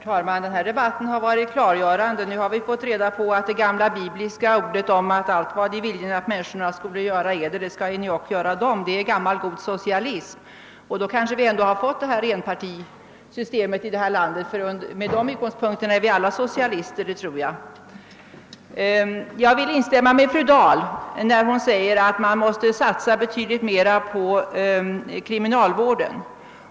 Herr talman! Denna debatt har varit klargörande. Vi har nu fått reda på att de gamla bibliska orden »Alt vad I vil jen att människorna skola göra Eder, det gören I ock dem!» är uttryck för gammal god socialism. I så fall har vi kanske också fått ett enpartisystem i vårt land, ty med denna utgångspunkt tror jag att vi alla är socialister. Jag vill instämma med fru Dahl, som sade att man måste satsa betydligt mera på kriminalvården.